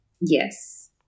Yes